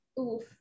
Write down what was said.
Oof